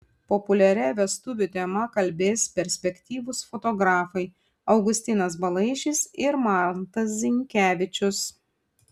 populiaria vestuvių tema kalbės perspektyvūs fotografai augustinas balaišis ir mantas zinkevičius